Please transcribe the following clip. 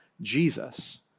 Jesus